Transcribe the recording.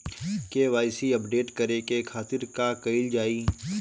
KYC update करे के खातिर का कइल जाइ?